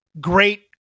great